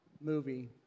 movie